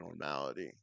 normality